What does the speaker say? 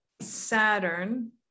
saturn